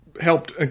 helped